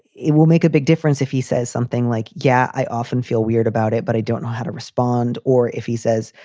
it will make a big difference if he says something like, yeah, i often feel weird about it, but i don't know how to respond or if he says,